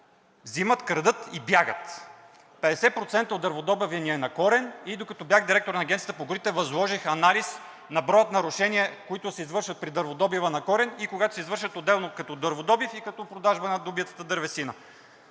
взимат, крадат и бягат. 50% от дърводобива ни е на корен и докато бях директор на Агенцията по горите, възложих анализ на броя нарушения, които се извършват при дърводобива на корен, и когато се извършват като дърводобив и като продажба на добитата дървесина.